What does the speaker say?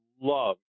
love